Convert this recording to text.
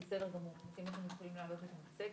בסדר גמור, רק אם אתם יכולים להעלות את המצגת.